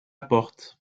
porte